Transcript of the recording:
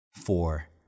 four